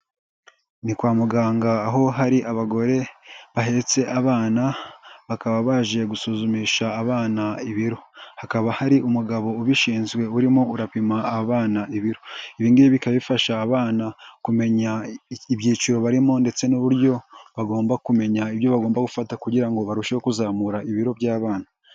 Ni kwa muganga aho hari abagore bahetse abana bakaba baje gusuzumisha abana ibiro, hakaba hari umugabo ubishinzwe urimo urapima abana ibiro, ibi ngibi bikaba bifasha abana kumenya ibyiciro barimo ndetse n'uburyo bagomba kumenya ibyo bagomba gufata kugira ngo barusheho kuzamura ibiro by'abana.